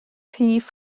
rhif